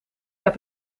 heb